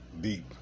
deep